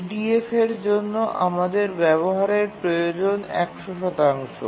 EDF এর জন্য আমাদের ব্যবহারের প্রয়োজন ১০০